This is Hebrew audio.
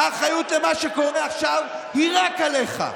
האחריות למה שקורה עכשיו היא רק עליך,